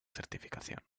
certificación